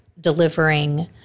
delivering